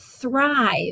Thrive